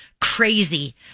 crazy